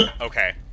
Okay